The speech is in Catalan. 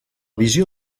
visió